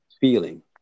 feeling